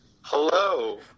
Hello